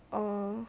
um